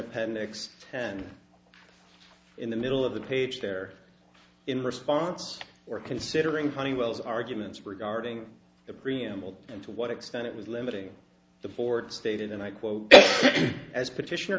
appendix and in the middle of the page there in response or considering honeywell's arguments regarding the preamble and to what extent it was limiting the board stated and i quote as petition